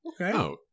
okay